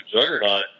juggernaut